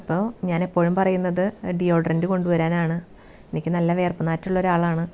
അപ്പോൾ ഞാൻ എപ്പോഴും പറയുന്നത് ഡിയോഡ്രൻ്റ് കൊണ്ടു വരാനാണ് എനിക്ക് നല്ല വിയർപ്പ് നാറ്റം ഉള്ള ഒരു ആളാണ്